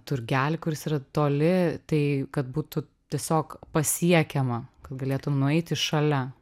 turgelį kuris yra toli tai kad būtų tiesiog pasiekiama kad galėtum nueiti šalia